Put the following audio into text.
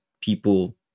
people